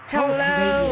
Hello